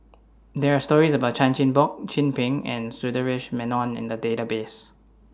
There Are stories about Chan Chin Bock Chin Peng and Sundaresh Menon in The Database